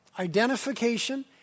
identification